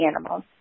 animals